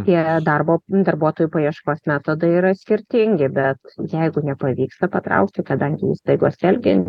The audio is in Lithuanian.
tie darbo darbuotojų paieškos metodai yra skirtingi bet jeigu nepavyksta patraukti kadangi įstaigos vėlgi